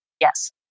Yes